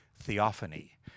theophany